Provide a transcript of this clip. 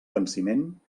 venciment